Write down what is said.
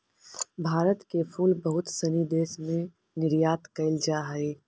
भारत के फूल बहुत सनी देश में निर्यात कैल जा हइ